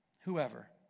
Whoever